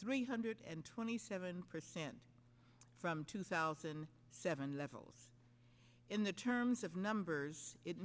three hundred and twenty seven percent from two thousand and seven levels in the terms of numbers it